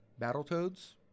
Battletoads